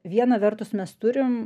viena vertus mes turim